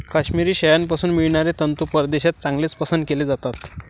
काश्मिरी शेळ्यांपासून मिळणारे तंतू परदेशात चांगलेच पसंत केले जातात